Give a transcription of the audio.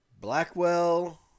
Blackwell